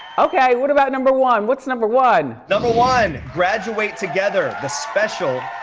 okay, what about number one? what's number one? number one, graduate together, the special.